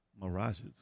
Mirage's